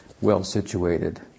well-situated